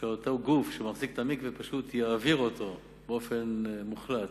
שאותו גוף שמחזיק את המקווה פשוט יעביר אותו באופן מוחלט,